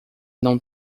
não